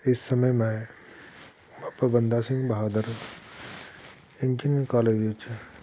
ਇਸ ਸਮੇਂ ਮੈਂ ਬਾਬਾ ਬੰਦਾ ਸਿੰਘ ਬਹਾਦਰ ਇੰਜਨੀਅਰਿੰਗ ਕਾਲਜ ਦੇ ਵਿੱਚ